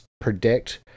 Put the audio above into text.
predict